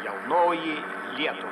jaunoji lietuva